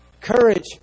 Courage